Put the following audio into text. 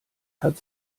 hat